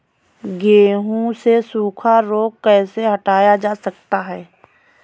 गेहूँ से सूखा रोग कैसे हटाया जा सकता है?